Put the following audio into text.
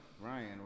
Ryan